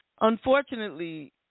unfortunately